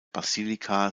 basilika